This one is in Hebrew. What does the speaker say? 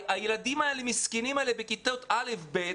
הילדים המסכנים האלה בכיתות א' ב',